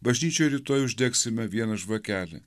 bažnyčioje rytoj uždegsime vieną žvakelę